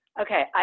Okay